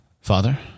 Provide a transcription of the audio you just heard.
Father